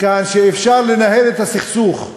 שאפשר לנהל את הסכסוך,